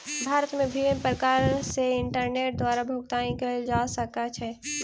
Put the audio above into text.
भारत मे विभिन्न प्रकार सॅ इंटरनेट द्वारा भुगतान कयल जा सकै छै